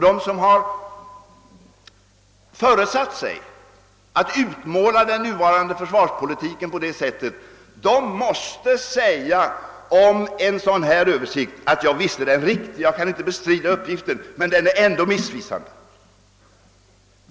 De som har föresatt sig att utmåla den nuvarande försvarspolitiken på det sättet måste säga om en sådan översikt: Visst är den riktig, vi kan inte bestrida uppgiften, men den är ändå missvisande.